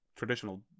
traditional